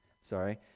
sorry